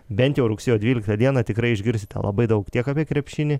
bent jau rugsėjo dvyliktą dieną tikrai išgirsite labai daug tiek apie krepšinį